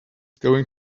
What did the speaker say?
going